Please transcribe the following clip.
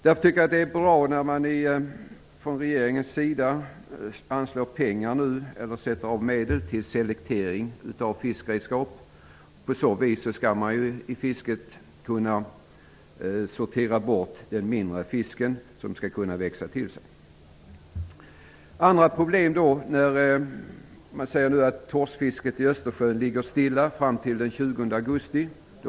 Därför tycker jag att det är bra att man från regeringens sida sätter av medel för selektering av fiskredskap. Därigenom kan fiskarna sortera bort den mindre fisken, som kan växa till sig. 20 augusti.